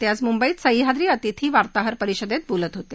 ते आज मुंबईत सहयाद्री अतिथी वार्ताहर परिषदेत बोलत होते